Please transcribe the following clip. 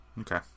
Okay